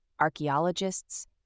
archaeologists